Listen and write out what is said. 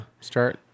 start